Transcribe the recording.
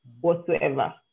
whatsoever